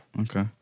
Okay